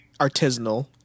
artisanal